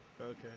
Okay